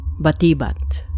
Batibat